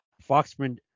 Foxman